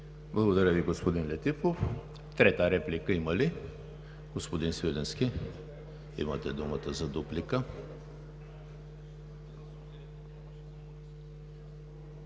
Благодаря Ви, господин Летифов. Трета реплика има ли? Не. Господин Свиленски, имате думата за дуплика.